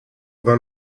vingt